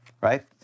Right